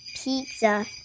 Pizza